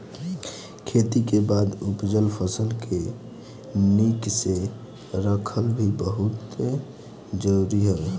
खेती के बाद उपजल फसल के निक से रखल भी बहुते जरुरी हवे